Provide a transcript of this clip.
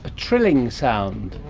ah trilling sound.